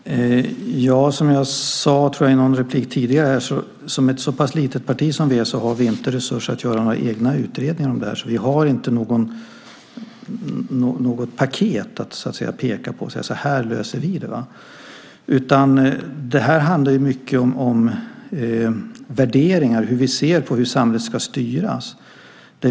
Fru talman! Som jag sade i en replik tidigare här har vi inte, som ett så pass litet parti som vi är, resurser att göra några utredningar om det här. Vi har inte något paket att peka på och säga att så här löser vi det. Det här handlar mycket om värderingar, hur vi ser på hur samhället ska styras.